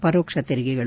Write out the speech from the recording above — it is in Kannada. ಪರೋಕ್ಷ ತೆರಿಗೆಗಳು